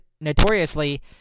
notoriously